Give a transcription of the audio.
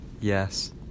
Yes